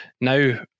Now